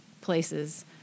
places